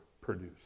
produce